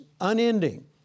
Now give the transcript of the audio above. unending